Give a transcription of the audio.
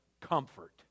comfort